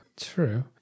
true